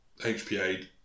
HPA